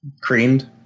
Creamed